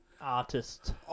artist